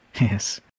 Yes